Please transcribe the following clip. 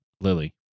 Lily